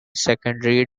secondary